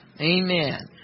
Amen